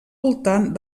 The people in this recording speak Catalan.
voltant